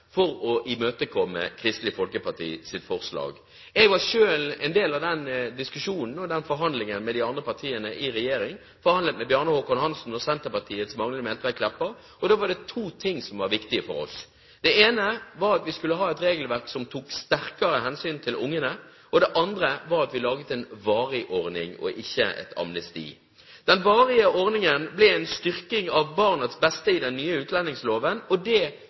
for å imøtekomme Kristelig Folkepartis forslag. Jeg var selv en del av den diskusjonen og den forhandlingen med de andre partiene i regjering, forhandlet med Bjarne Håkon Hanssen og Senterpartiets Magnhild Meltveit Kleppa. Det var da to ting som var viktige for oss. Det ene var at vi skulle ha et regelverk som tok sterkere hensyn til ungene. Det andre var å lage en varig ordning og ikke et amnesti. Den varige ordningen ble en styrking av barnets beste i den nye utlendingsloven og